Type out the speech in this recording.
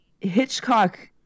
Hitchcock